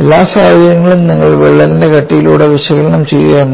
എല്ലാ സാഹചര്യങ്ങളും നിങ്ങൾ വിള്ളലിന്റെ കട്ടിയിലൂടെ വിശകലനം ചെയ്യുക എന്നതാണ്